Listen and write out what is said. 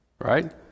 right